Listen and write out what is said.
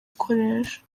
gukoresha